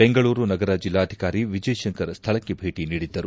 ಬೆಂಗಳೂರು ನಗರ ಜಿಲ್ಲಾಧಿಕಾರಿ ವಿಜಯಶಂಕರ್ ಸ್ಥಳಕ್ಕೆ ಭೇಟಿ ನೀಡಿದ್ದರು